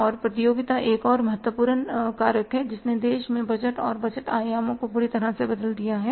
और प्रतियोगिता एक और महत्वपूर्ण कारक है जिसने देश में बजट और बजट आयामो को पूरी तरह से बदल दिया है